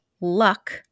luck